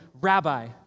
Rabbi